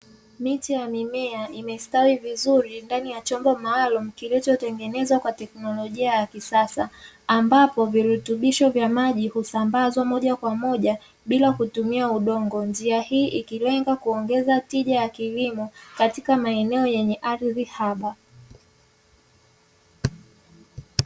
Miti ya mimea imestawi vizuri ndani ya chombo maalum kilichotengeneza kwa teknolojia ya kisasa ambapo virutubisho vya maji husambazwa moja kwa moja bila kutumia udongo njia hii ikilenga kuongeza tija ya kilimo katika maeneo yenye ardhi haba